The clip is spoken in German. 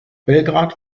belgrad